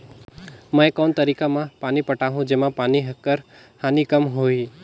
मैं कोन तरीका म पानी पटाहूं जेमा पानी कर हानि कम होही?